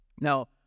Now